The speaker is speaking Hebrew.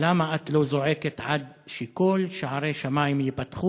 למה את לא זועקת עד שכל שערי שמים ייפתחו?